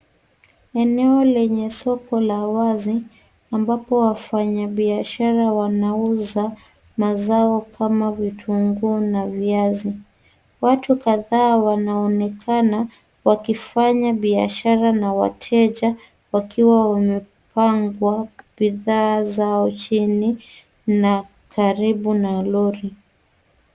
Eneo lenye soko la wazi ambapo wafanya biashara wanauza mazao kama vitunguu na viazi. Watu kadhaa wanaonekana wakifanya biashara na wateja wakiwa wamepanga bidhaa zao chini na karibu na lori.